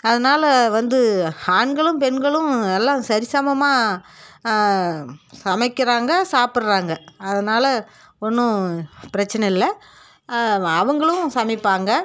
அதனால் வந்து ஆண்களும் பெண்களும் நல்லா சரிசமமாக சமைக்கிறாங்க சாப்பிட்றாங்க அதனால ஒன்றும் பிரச்சின இல்லை அவர்களும் சமைப்பாங்க